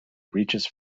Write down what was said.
reaches